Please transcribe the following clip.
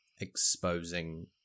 exposing